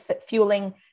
fueling